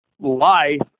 life